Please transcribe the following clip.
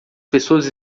pessoas